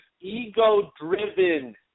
ego-driven